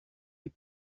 les